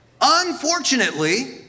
Unfortunately